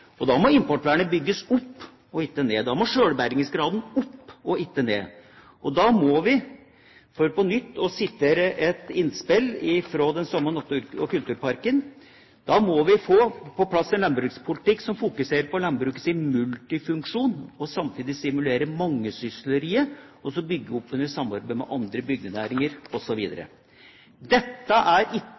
matproduksjonen. Da må importvernet bygges opp, og ikke ned. Da må selvbergingsgraden opp, og ikke ned. Da må vi – for på nytt å sitere et innspill fra den samme Natur- og Kulturparken – få på plass en landbrukspolitikk som «fokuserar landbruket sin multifunksjon, og samtidig stimulerar mangesysleriet og bygger opp under samarbeid med andre bygdenæringar», osv. Dette er ikke